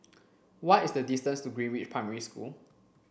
what is the distance to Greenridge Primary School